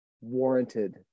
warranted